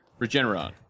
Regeneron